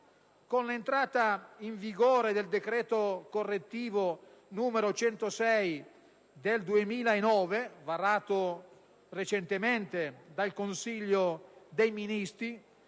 Con l'entrata in vigore del decreto correttivo n. 106 del 2009, varato recentemente dal Consiglio dei Ministri,